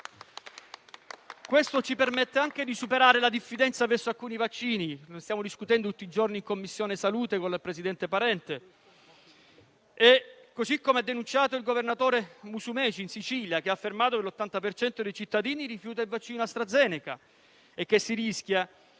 Questo ci permette anche di superare la diffidenza verso alcuni vaccini; ne stiamo discutendo tutti i giorni in Commissione salute con il presidente Parente. Come ha denunciato il governatore Musumeci, in Sicilia l'80 per cento dei cittadini rifiuta il vaccino Astrazeneca. Questa